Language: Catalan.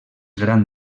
gran